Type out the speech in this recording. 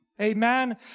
Amen